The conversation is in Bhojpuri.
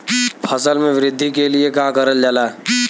फसल मे वृद्धि के लिए का करल जाला?